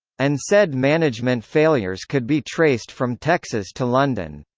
and said management failures could be traced from texas to london.